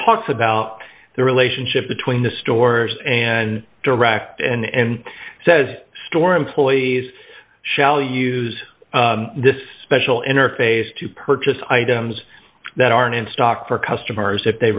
talks about the relationship between the stores and direct and says store employees shall use this special interface to purchase items that aren't in stock for customers if they